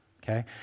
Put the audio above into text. Okay